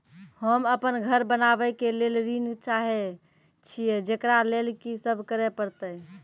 होम अपन घर बनाबै के लेल ऋण चाहे छिये, जेकरा लेल कि सब करें परतै?